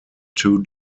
two